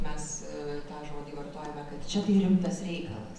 mes tą žodį vartojame kad čia tai rimtas reikalas